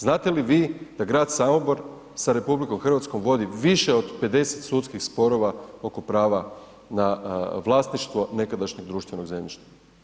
Znate li vi da grad Samobor sa RH vodi više od 50 sudskih sporova oko prava na vlasništvo nekadašnjeg društvenog zemljišta?